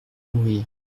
mourir